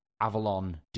Avalon